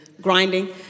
grinding